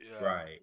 Right